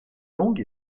long